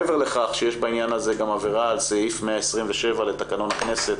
מעבר לכך שיש בעניין הזה גם עבירה על סעיף 127 לתקנות הכנסת,